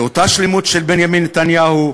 לאותה שלמות של בנימין נתניהו,